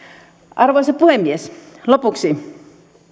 arvoisa puhemies lopuksi